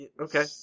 Okay